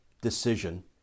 decision